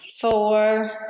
four